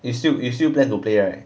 you still you still plan to play right